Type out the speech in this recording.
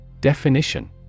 Definition